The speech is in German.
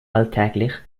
alltäglich